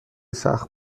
سخت